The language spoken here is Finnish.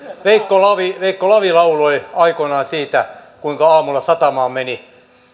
veikko lavi veikko lavi lauloi aikoinaan siitä kuinka aamulla satamaan menivät